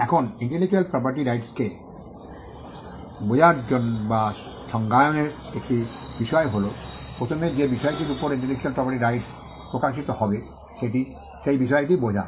এখন intellectual property রাইটসকে বোঝার বা সংজ্ঞায়নের একটি বিষয় হল প্রথমে যে বিষয়টির উপর ইন্টেলেকচুয়াল প্রপার্টি রাইটস প্রকাশিত হবে সে বিষয়টি বোঝা